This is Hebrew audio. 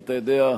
אתה יודע,